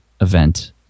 event